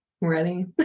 Ready